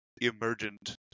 emergent